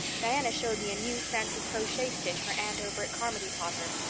diana showed me a new fancy crochet stitch her aunt over at carmody taught her.